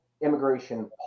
immigration